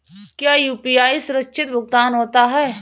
क्या यू.पी.आई सुरक्षित भुगतान होता है?